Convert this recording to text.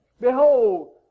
Behold